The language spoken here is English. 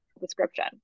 description